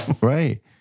Right